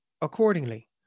accordingly